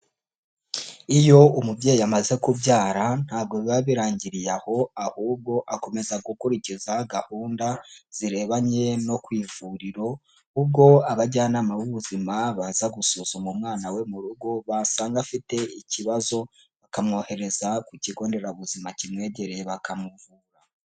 Iyo umubyeyi amaze kubyara ntabwo biba birangiriye aho ahubwo akomeza gukurikiza gahunda zirebanye no ku ivuriro, ubwo abajyanama b'ubuzima baza gusuzuma umwana we mu rugo basanga afite ikibazo bakamwohereza ku kigo nderabuzima kimwegereye bakamuvura.